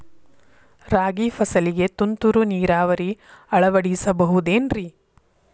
ರಾಗಿ ಫಸಲಿಗೆ ತುಂತುರು ನೇರಾವರಿ ಅಳವಡಿಸಬಹುದೇನ್ರಿ?